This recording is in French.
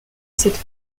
cette